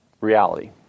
reality